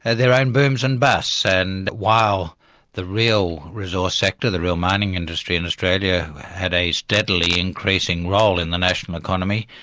and their own booms and busts, and while the real resource sector, the real mining industry in australia had a steadily increasing role in the national economy,